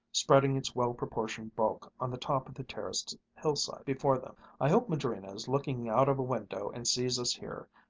spreading its well-proportioned bulk on the top of the terraced hillside before them. i hope madrina is looking out of a window and sees us here,